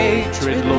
Hatred